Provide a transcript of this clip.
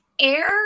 air